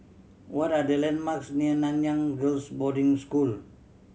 what are the landmarks near Nanyang Girls' Boarding School